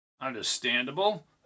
Understandable